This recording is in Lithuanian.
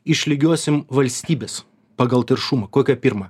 išlygiuosim valstybes pagal teršumą kokia pirma